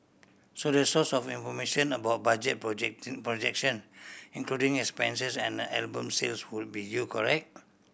so the source of information about budget project projection including expenses and album sales would be you correct